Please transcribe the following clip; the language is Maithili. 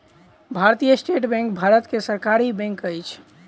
भारतीय स्टेट बैंक भारत के सरकारी बैंक अछि